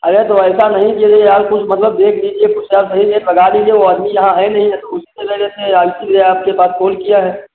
अरे तो ऐसा नहीं कीजिए यार कुछ मतलब देख लीजिए कुछ यार सही रेट लगा लीजिए वह आदमी यहाँ है नहीं नहीं तो उसके वजह से अंत में आपके पास फोन किया है